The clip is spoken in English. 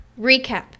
recap